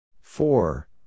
four